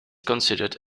considered